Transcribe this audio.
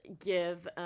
give